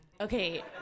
Okay